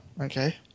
okay